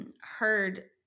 heard